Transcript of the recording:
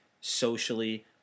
socially